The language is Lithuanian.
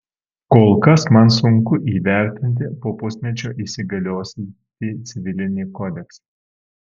kol kas man sunku įvertinti po pusmečio įsigaliosiantį civilinį kodeksą